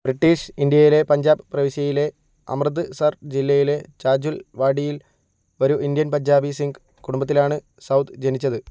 British ഇന്ത്യയിലെ പഞ്ചാബ് പ്രവിശ്യയിലെ അമൃത്സർ ജില്ലയിലെ ഛാജുൽവാഡിയിൽ ഒരു ഇന്ത്യൻ പഞ്ചാബി സിംഗ് കുടുംബത്തിലാണ് സൗദ് ജനിച്ചത്